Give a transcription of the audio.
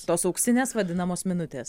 tos auksinės vadinamos minutės